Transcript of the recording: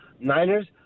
Niners